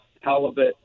halibut